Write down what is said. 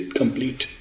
complete